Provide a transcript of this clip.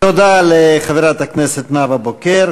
תודה לחברת הכנסת נאוה בוקר.